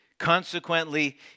Consequently